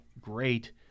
great